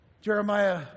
Jeremiah